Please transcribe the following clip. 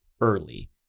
early